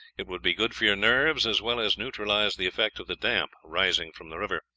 it would be good for your nerves, as well as neutralize the effect of the damp rising from the river.